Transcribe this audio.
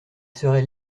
serait